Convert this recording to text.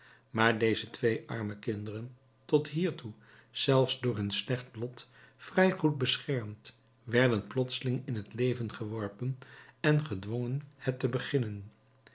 maar deze twee arme kinderen tot hiertoe zelfs door hun slecht lot vrij goed beschermd werden plotseling in het leven geworpen en gedwongen het te beginnen